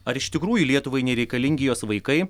ar iš tikrųjų lietuvai nereikalingi jos vaikai